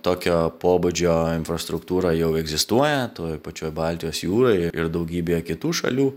tokio pobūdžio infrastruktūra jau egzistuoja toj pačioj baltijos jūroj ir daugybėje kitų šalių